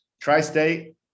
Tri-State